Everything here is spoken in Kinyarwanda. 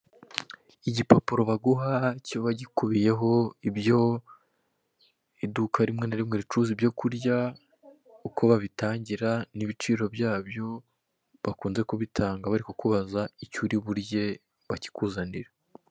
Igipapuro baguha kiba gikubiyeho ibyo iduka rimwe na rimwe ricuruza, ibyo kurya, uko babitangira n'ibiciro byabyo bakunze kubitanga bari kukubaza icyo uri burye bakikuzanira.